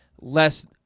less